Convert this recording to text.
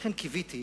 קיוויתי,